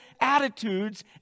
attitudes